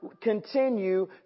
continue